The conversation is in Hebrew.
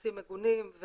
מעשים מגונים,